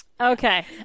Okay